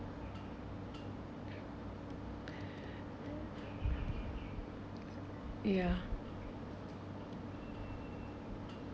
ya